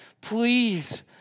please